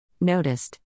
Noticed